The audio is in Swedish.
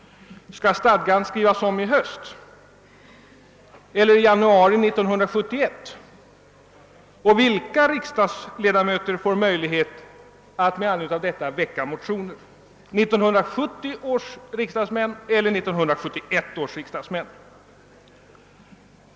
Skall stadgan skrivas om i höst eller i januari 1971, och vilka riksdagsledamöter får möjlighet att med anledning av detta väcka motioner? 1970 års riksdagsmän eller 1971 års riksdagsmän?